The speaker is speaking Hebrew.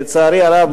לצערי הרב,